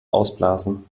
ausblasen